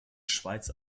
schweiz